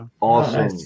Awesome